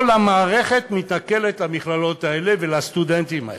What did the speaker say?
כל המערכת מתנכלת למכללות האלה ולסטודנטים האלה.